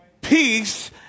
peace